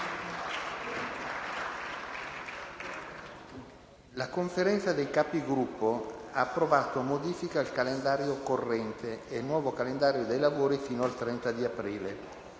la Conferenza dei Capigruppo ha approvato modifiche al calendario corrente e il nuovo calendario dei lavori fino al 30 aprile.